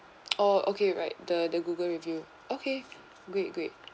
oh okay right the the Google review okay great great